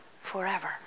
forever